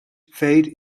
fade